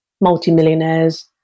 multimillionaires